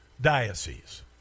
diocese